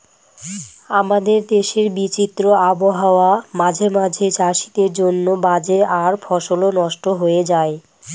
আমাদের দেশের বিচিত্র আবহাওয়া মাঝে মাঝে চাষীদের জন্য বাজে আর ফসলও নস্ট হয়ে যায়